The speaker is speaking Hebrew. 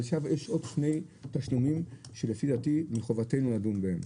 אבל עכשיו יש עוד שני תשלומים שלפי דעתי מחובתנו לדון בהם,